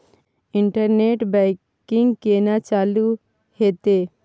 Internet banking केना चालू हेते?